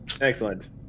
excellent